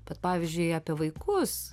bet pavyzdžiui apie vaikus